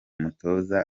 mutoza